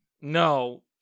no